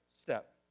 step